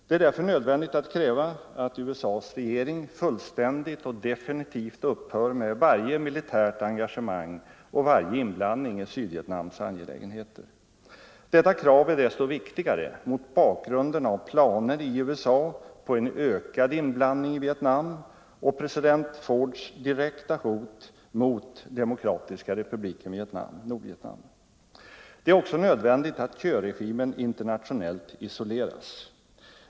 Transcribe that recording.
Det är därför nödvändigt att kräva att USA:s regering fullständigt och definitivt upphör med varje militärt engagemang och varje inblandning i Sydvietnams angelägenheter. Detta krav är desto viktigare mot bakgrunden av planer i USA på en ökad inblandning i Vietnam och president Fords direkta hot mot Demokratiska republiken Vietnam —- Nordvietnam. Det är också nödvändigt att Thieuregimen internationellt isoleras.